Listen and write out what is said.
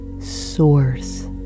Source